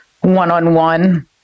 one-on-one